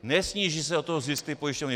Nesníží se o to zisk té pojišťovny.